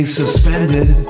suspended